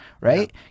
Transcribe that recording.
Right